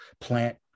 plant